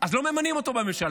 אז לא ממנים אותו בממשלה.